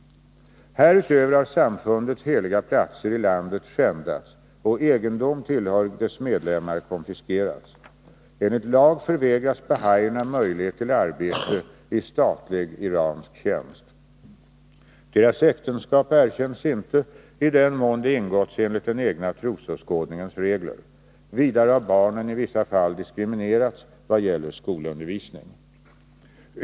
Härutöver har samfundets heliga platser i landet skändats och egendom tillhörig dess medlemmar konfiskerats. Enligt lag förvägras bahaierna möjlighet till arbete i statlig iransk tjänst. Deras äktenskap erkänns inte i den 109 mån de ingåtts enligt den egna trosåskådningens regler. Vidare har barnen i vissa fall diskriminerats vad gäller skolundervisning.